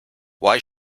why